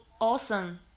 awesome